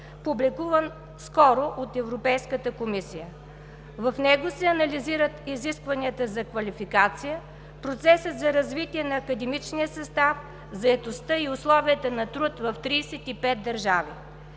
публикуван скоро от Европейската комисия. В него се анализират изискванията за квалификация, процесът за развитие на академичния състав, заетостта и условията на труд в 35 държави.